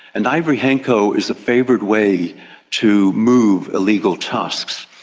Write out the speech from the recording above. and ivory hanko is the favoured way to move illegal tusks,